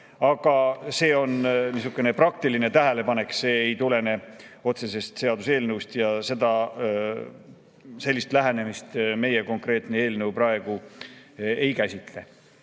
Aga see on niisugune praktiline tähelepanek, see ei tulene otseselt seaduseelnõust, sellist lähenemist meie konkreetne eelnõu ei käsitle.